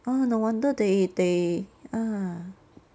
orh no wonder they they ah